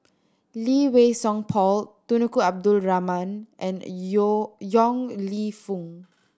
Lee Wei Song Paul Abdul Rahman and Yeo Yong Lew Foong